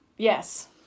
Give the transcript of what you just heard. Yes